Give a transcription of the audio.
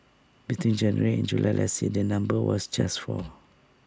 between January and July last year the number was just four